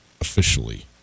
officially